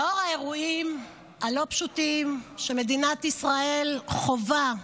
לאור האירועים הלא-פשוטים שמדינת ישראל חווה,